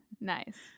nice